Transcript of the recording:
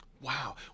Wow